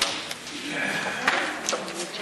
חברת הכנסת